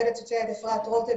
אני